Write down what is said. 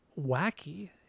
wacky